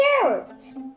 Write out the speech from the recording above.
Carrots